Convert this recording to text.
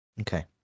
Okay